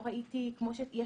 יש